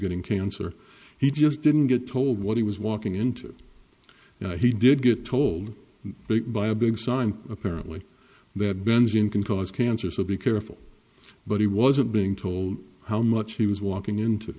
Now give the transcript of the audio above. getting cancer he just didn't get told what he was walking into he did get told big by a big sign apparently that benzene can cause cancer so be careful but he wasn't being told how much he was walking into